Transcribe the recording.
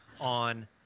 on